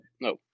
no